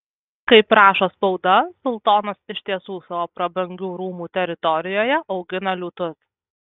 kaip rašo spauda sultonas iš tiesų savo prabangių rūmų teritorijoje augina liūtus